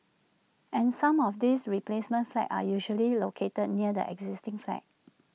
and some of these replacement flats are usually located near the existing flats